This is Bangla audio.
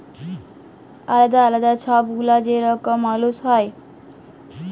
আলেদা আলেদা ছব গুলা যে রকম মালুস হ্যয়